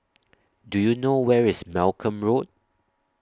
Do YOU know Where IS Malcolm Road